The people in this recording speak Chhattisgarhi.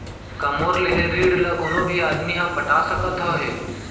का मोर लेहे ऋण ला कोनो भी आदमी ह पटा सकथव हे?